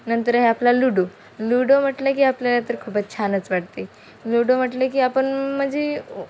नंतर हे आपला लुडो लुडो म्हटलं की आपल्याला तर खूपच छानच वाटते लुडो म्हटलं की आपण म्हणजे